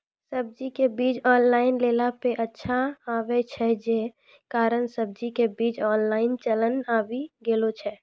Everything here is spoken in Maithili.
सब्जी के बीज ऑनलाइन लेला पे अच्छा आवे छै, जे कारण सब्जी के बीज ऑनलाइन चलन आवी गेलौ छै?